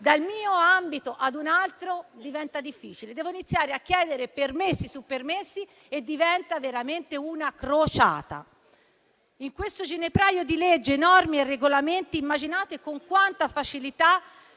dal mio ambito ad un altro, diventa difficile: devo iniziare a chiedere permessi su permessi e diventa veramente una crociata. In questo ginepraio di leggi, norme e regolamenti, immaginate con quanta facilità